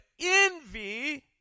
envy